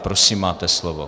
Prosím, máte slovo.